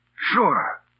Sure